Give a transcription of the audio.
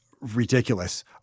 ridiculous